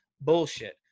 Bullshit